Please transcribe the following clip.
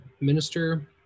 minister